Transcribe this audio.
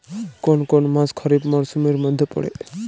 কোন কোন মাস খরিফ মরসুমের মধ্যে পড়ে?